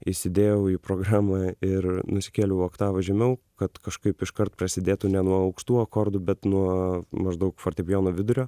įsidėjau į programą ir nusikėliau oktava žemiau kad kažkaip iškart prasidėtų ne nuo aukštų akordų bet nuo maždaug fortepijono vidurio